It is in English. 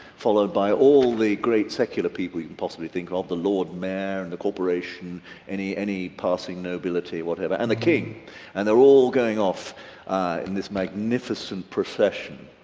followed by all the great secular people you can possibly think of the lord mayor and the corporation and any passing nobility whatever and the king and they're all going off in this magnificent procession